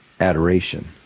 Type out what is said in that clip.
adoration